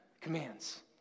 Commands